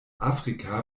afrika